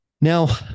Now